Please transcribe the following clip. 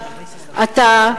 אתה,